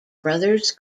brothers